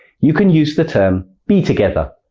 you can use the term be together.